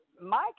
Mike